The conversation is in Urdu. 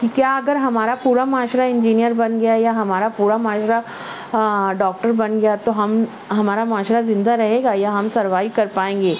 کہ کیا اگر ہمارا پورا معاشرہ انجینئر بن گیا یا ہمارا پورا معاشرہ ہاں ڈاکٹر بن گیا تو ہم ہمارا معاشرہ زندہ رہے گا یا ہم سروائو کر پائیں گے